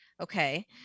Okay